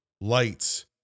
lights